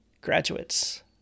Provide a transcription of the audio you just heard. graduates